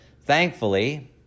Thankfully